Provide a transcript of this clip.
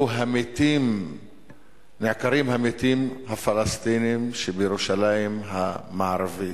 נעקרים המתים הפלסטינים שבירושלים המערבית.